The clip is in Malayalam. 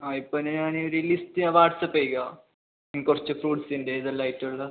ആ ഇപ്പന്നെ ഞാൻ ഒരു ലിസ്റ്റ് വാട്ട്സ്പ്പ് ചെയ്യാം കുറച്ച് ഫ്രൂട്ട്സിൻ്റെ ഇതെല്ലം ആയിട്ടുള്ള